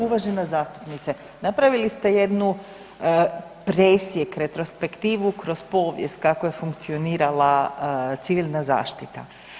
Uvažena zastupnice, napravili ste jednu presjek, retrospektivu kroz povijest kako je funkcionirala Civilna zaštita.